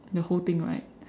the whole thing right